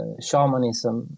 shamanism